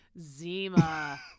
zima